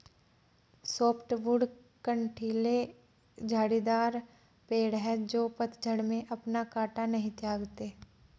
softwood कँटीले झाड़ीदार पेड़ हैं जो पतझड़ में अपना काँटा नहीं त्यागते